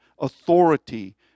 authority